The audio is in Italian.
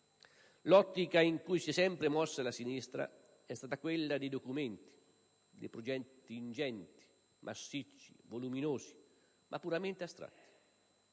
L'ottica in cui si è sempre mossa la sinistra è stata quella dei documenti, dei progetti ingenti, massicci, voluminosi, ma puramente astratti.